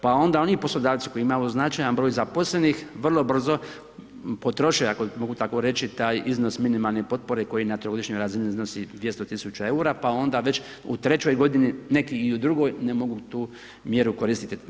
Pa onda oni poslodavci koji imaju značajan broj zaposlenih vrlo brzo potroše ako mogu tako reći taj iznos minimalne potpore koji na trogodišnjoj razini iznosi 200 tisuća eura pa onda već u trećoj godini, neki i u drugoj ne mogu tu mjeru koristiti.